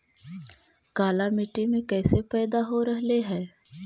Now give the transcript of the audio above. काला मिट्टी मे कैसन पैदा हो रहले है?